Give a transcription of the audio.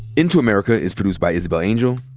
into america is produced by isabel angel,